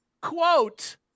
quote